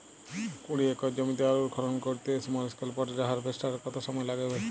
কুড়ি একর জমিতে আলুর খনন করতে স্মল স্কেল পটেটো হারভেস্টারের কত সময় লাগবে?